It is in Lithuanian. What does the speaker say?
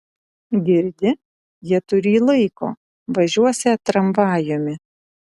girdi jie turį laiko važiuosią tramvajumi